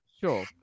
sure